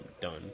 done